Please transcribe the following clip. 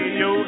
yo